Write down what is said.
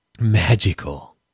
Magical